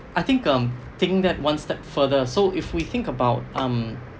I think um thinking one step further so if we think about um